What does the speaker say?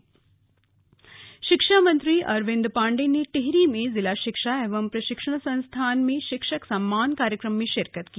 शिक्षक सम्मान कार्यक्रम शिक्षा मंत्री अरविन्द पाण्डेय ने टिहरी में जिला शिक्षा एवं प्रशिक्षण संस्थान में शिक्षक सम्मान कार्यक्रम में शिरकत की